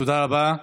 תודה רבה.